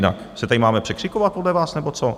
To se tady máme překřikovat podle vás, nebo co?